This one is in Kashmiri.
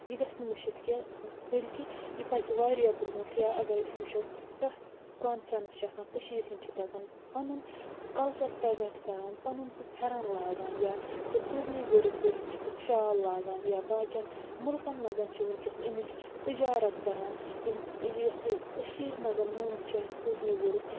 یہِ گَژھِ نہٕ مٔشِد کیٚنٛہہ بٔلکہِ یہِ پَکہِ واریاہ برٛونٛٹھ یا اَگر أسۍ وٕچھو کانٛہہ تہِ تِژھ کانفرٛٮ۪نٕس چھِ آسان کٔشیٖرِ ہِنٛدۍ چھِ تَتٮ۪ن پَنُن سُہ کَلچَر پرٛٮ۪زٮ۪نٛٹ کَران پَنُن سُہ پھٮ۪رَن لاگان یا سُہ سوٗزنی ؤرٕک کٔرِتھ چھِ تِم شال لاگان یا باقِیَن مٕلکَن منٛز چھِ وٕنۍکٮ۪س اَمچ تِجارَت کَران یِم یۄس یہِ کٔشیٖرِ منٛز مانٛنہٕ چھِ یِوان یہِ سوٗزنہِ ؤرٕک